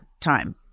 time